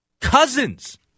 Cousins